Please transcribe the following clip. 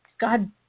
God